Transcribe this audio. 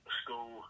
school